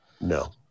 No